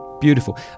Beautiful